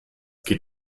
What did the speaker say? geht